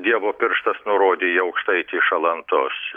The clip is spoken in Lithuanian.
dievo pirštas nurodė į aukštaitį iš alantos